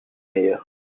meilleur